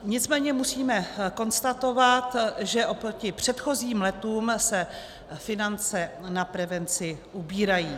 Nicméně musíme konstatovat, že oproti předchozím letům se finance na prevenci ubírají.